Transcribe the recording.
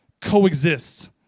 coexist